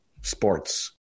Sports